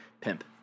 pimp